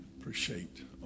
Appreciate